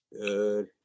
Good